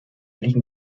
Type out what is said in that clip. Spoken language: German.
liegen